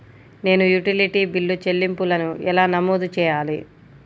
నేను utility bill చెల్లింపులను ఎలా నమోదు చేయాలి?